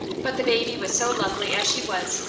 but the baby was so lovely as she was,